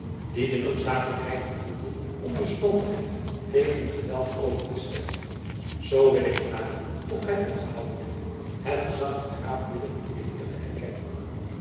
die de noodzakelijkheid gevoelde onbeschroomdheid tegen geweld over te stellen zoo wil ik vragen of gij opgehouden hebt het gezag van graaf willem uwen heer te erkennen